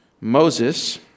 Moses